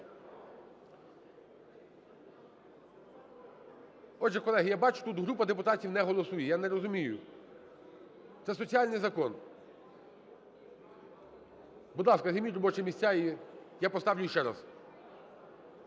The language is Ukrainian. Отже, колеги, я бачу, тут група депутатів не голосує, я не розумію. Це соціальний закон. Будь ласка, займіть робочі місця, і я поставлю іще раз.